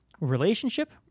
relationship